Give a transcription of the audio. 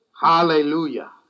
Hallelujah